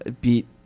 beat